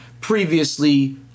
previously